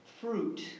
fruit